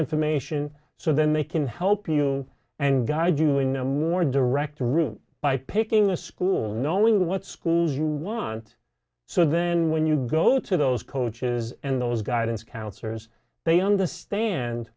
information so then they can help you and guide you in a more direct route by picking a school knowing what schools you want so then when you go to those coaches and those guidance counselors they understand